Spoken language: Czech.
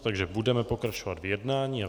Takže budeme pokračovat v jednání.